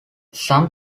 some